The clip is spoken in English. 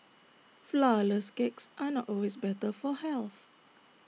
Flourless Cakes are not always better for health